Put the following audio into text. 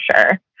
sure